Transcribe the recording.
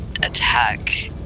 Attack